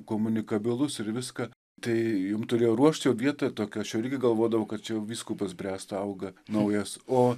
komunikabilus ir viską tai jum turėjo ruošt jau vietą tokią aš jau irgi galvodavau kad čia jau vyskupus bręsta auga naujas o